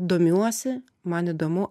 domiuosi man įdomu